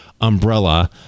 umbrella